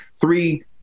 three